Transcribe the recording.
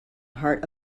heart